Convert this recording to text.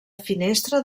finestra